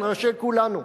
על ראשי כולנו.